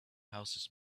houses